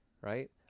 right